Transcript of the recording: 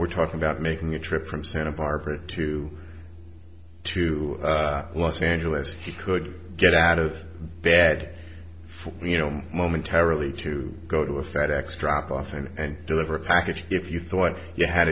we're talking about making a trip from santa barbara to to los angeles he could get out of bed for you know momentarily to go to a fed ex drop off and deliver a package if you thought you had